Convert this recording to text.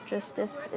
Justice